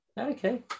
Okay